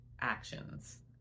actions